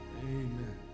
Amen